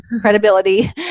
Credibility